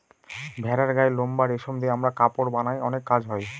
ভেড়ার গায়ের লোম বা রেশম দিয়ে আমরা কাপড় বানায় অনেক কাজ হয়